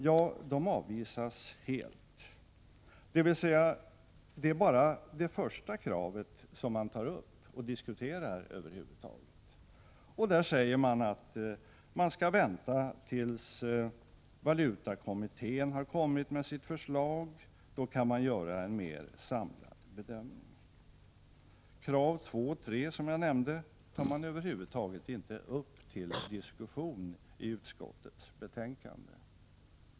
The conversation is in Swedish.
Jo, de avvisas helt — dvs. det är bara det första kravet som man över huvud taget tar upp och diskuterar. Man säger att man skall vänta tills valutakommittén har lagt fram sitt förslag. Då kan man göra en mer samlad bedömning. Krav två och tre, som jag nämnde, tar man över huvud taget inte upp till diskussion i utskottets betänkande.